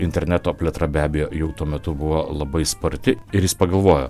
interneto plėtra be abejo jau tuo metu buvo labai sparti ir jis pagalvojo